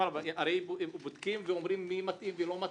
הרי הם בודקים ואומרים מי מתאים ומי לא מתאים,